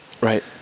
right